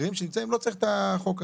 אחרים שנמצאים, לא צריך את החוק הזה.